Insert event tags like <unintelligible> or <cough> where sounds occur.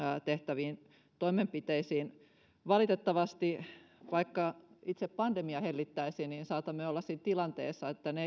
tehtäviin toimenpiteisiin valitettavasti vaikka itse pandemia hellittäisi saatamme olla siinä tilanteessa että ne <unintelligible>